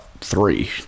three